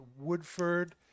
Woodford